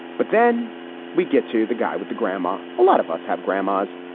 but then we get to the guy with the grandma. a lot of us have grandmas,